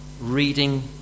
Reading